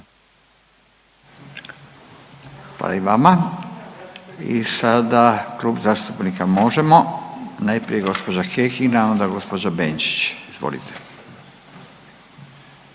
Hvala i vama. I sada Klub zastupnika MOŽEMO. Najprije gospođa Kekin, a onda gospođa Benčić. Izvolite.